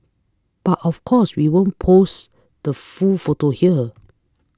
but of course we won't post the full photo here